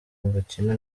bakina